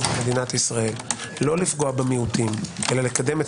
במדינת ישראל לא לפגוע במיעוטים בהם אלא לקדם את